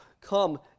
come